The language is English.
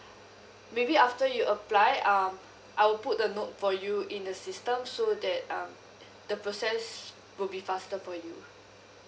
maybe after you apply um I will put the note for you in the system so that um the process will be faster for you